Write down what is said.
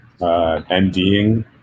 NDing